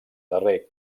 darrer